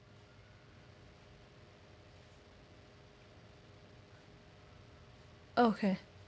okay